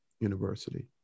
University